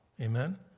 Amen